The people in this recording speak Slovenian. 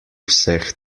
vseh